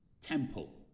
temple